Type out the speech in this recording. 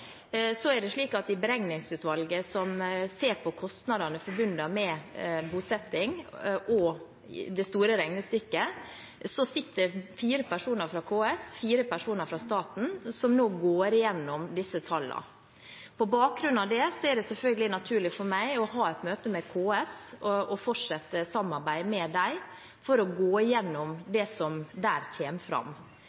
I Beregningsutvalget, som ser på kostnadene forbundet med bosetting – og det store regnestykket – sitter fire personer fra KS og fire personer fra staten, som nå går igjennom disse tallene. På bakgrunn av det er det selvfølgelig naturlig for meg å ha et møte med KS og fortsette samarbeid med dem for å gå igjennom